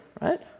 right